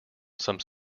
some